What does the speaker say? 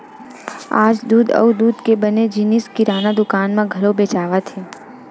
आज दूद अउ दूद के बने जिनिस किराना दुकान म घलो बेचावत हे